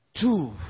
Two